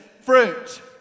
fruit